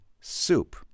soup